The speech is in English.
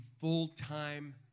full-time